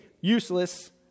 useless